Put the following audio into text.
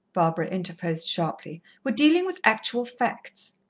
barbara interposed sharply. we're dealing with actual facts.